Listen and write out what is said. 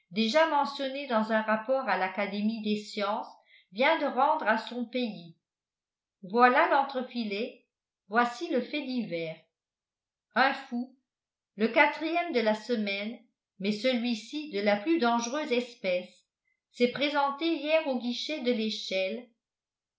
déjà mentionné dans un rapport à l'académie des sciences vient de rendre à son pays voilà l'entrefilet voici le fait divers un fou le quatrième de la semaine mais celui-ci de la plus dangereuse espèce s'est présenté hier au guichet de l'échelle